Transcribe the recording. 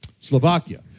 Slovakia